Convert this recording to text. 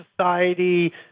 society